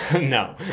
No